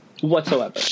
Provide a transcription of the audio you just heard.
Whatsoever